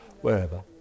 wherever